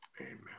Amen